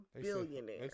billionaire